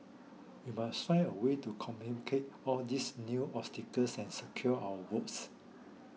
we must find a way to communicate all these new obstacles and secure our votes